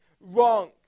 wrong